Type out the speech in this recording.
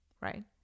Right